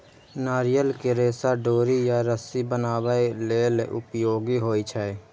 नारियल के रेशा डोरी या रस्सी बनाबै लेल उपयोगी होइ छै